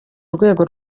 rwego